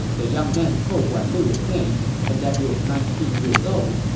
the young man told guan lu his name and that he was nineteen years old.